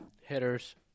Hitters